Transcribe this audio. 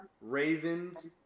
Ravens